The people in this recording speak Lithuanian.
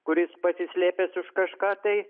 kuris pasislėpęs už kažką tai